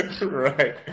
Right